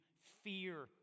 Fear